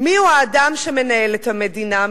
מיהו האדם שמנהל את המדינה,